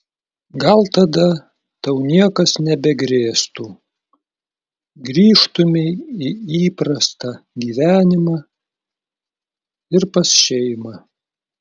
gal tada tau niekas nebegrėstų grįžtumei į įprastą gyvenimą ir pas šeimą